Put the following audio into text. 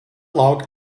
log